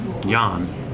Jan